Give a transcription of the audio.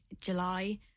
July